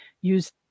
use